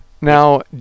Now